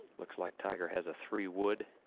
looks like tiger has a three-wood.